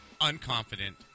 Unconfident